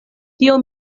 tio